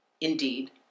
indeed